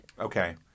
Okay